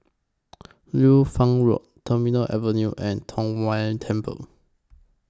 Liu Fang Road Terminal Avenue and Tong Whye Temple